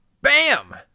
Bam